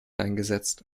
eingesetzt